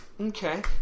Okay